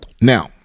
now